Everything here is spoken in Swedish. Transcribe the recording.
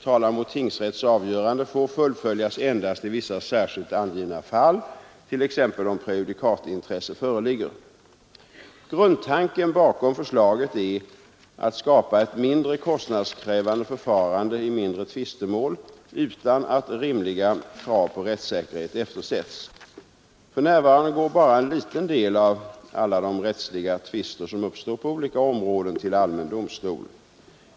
Talan mot tingsrätts avgörande får fullföljas endast i vissa särskilt angivna fall, t.ex. om prejudikatintresse föreligger. Grundtanken bakom förslaget är att skapa ett mindre kostnadskrävan de förfarande i mindre tvistemål utan att rimliga krav på rättssäkerhet eftersätts. För närvarande går bara en liten del av alla de rättsliga tvister som uppstår på olika områden till allmän domstol.